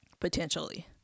potentially